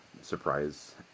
surprise